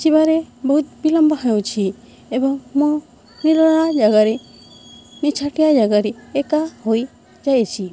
ଯିବାରେ ବହୁତ ବିିଳମ୍ବ ହେଉଛି ଏବଂ ମୁଁ ନିରୋଳା ଜାଗାରେ ନିଛାଟିଆ ଜାଗାରେ ଏକା ହୋଇଯାଇଛି